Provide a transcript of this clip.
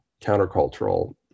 countercultural